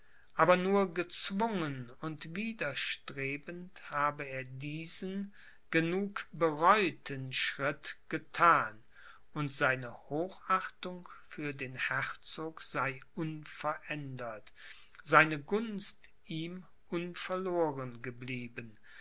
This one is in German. aber nur gezwungen und widerstrebend habe er diesen genug bereuten schritt gethan und seine hochachtung für den herzog sei unverändert seine gunst ihm unverloren geblieben